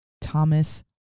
thomas